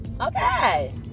okay